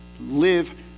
live